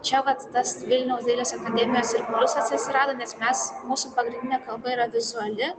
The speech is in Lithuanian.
čia vat tas vilniaus dailės akademijos ir pliusas atsirado nes mes mūsų pagrindinė kalba yra vizuali